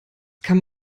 kann